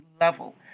level